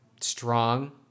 strong